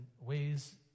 ways